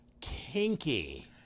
kinky